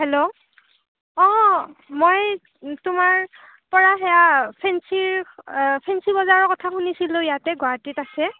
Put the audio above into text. hello অঁ মই তোমাৰ পৰা সেয়া ফেন্সীৰ ফেন্সী বজাৰৰ কথা শুনিছিলোঁ ইয়াতে গুৱাহাটীত আছে